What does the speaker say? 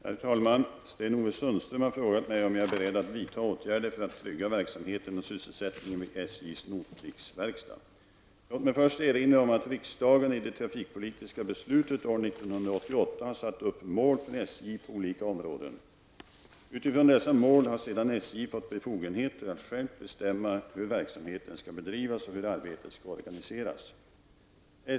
Herr talman! Sten-Ove Sundström har frågat mig om jag är beredd att vidta åtgärder för att trygga verksamheten och sysselsättningen vid SJs Låt mig först erinra om att riksdagen i det trafikpolitiska beslutet från år 1988 har satt upp mål för SJ på olika områden. Utifrån dessa mål har sedan SJ fått befogenheter att självt bestämma hur verksamheten skall bedrivas och hur arbetet skall organiseras.